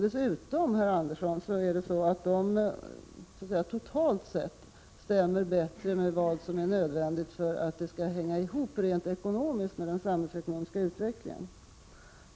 Dessutom, herr Andersson, stämmer de totalt sett bättre med vad som är nödvändigt för att det hela skall hänga ihop rent ekonomiskt med hänsyn till den samhällsekonomiska utvecklingen.